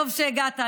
טוב שהגעת.